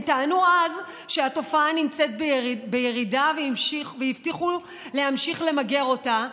הם טענו אז שהתופעה נמצאת בירידה והבטיחו להמשיך למגר אותה,